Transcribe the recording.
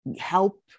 help